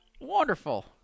Wonderful